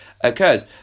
occurs